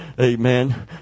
amen